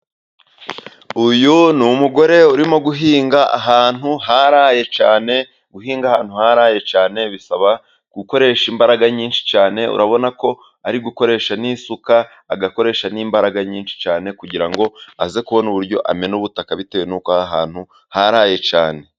Uyu ni umugore urimo guhinga ahantu haraye cyane. Guhinga ahantu haraye cyane bisaba gukoresha imbaraga nyinshi cyane. Urabona ko ari gukoresha n’isuka, agakoresha n'imbaraga nyinshi cyane kugira ngo aze kubona uburyo amena ubutaka bitewe n’uko ahantu haraye cyane.